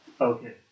Okay